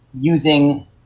using